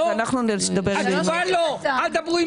אנחנו נדבר עם ינון.